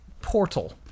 Portal